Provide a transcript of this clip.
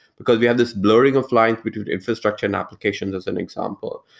because we have this blurring of lines between infrastructure and applications as an example.